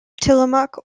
tillamook